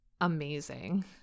amazing